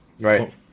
right